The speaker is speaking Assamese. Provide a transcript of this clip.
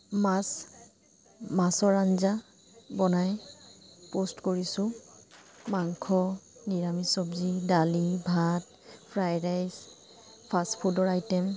মাছ মাছৰ আঞ্জা বনাই প'ষ্ট কৰিছোঁ মাংস নিৰামিচ চব্জি দালি ভাত ফ্ৰাইড ৰাইচ ফাষ্টফুডৰ আইটেম